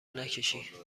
نکشی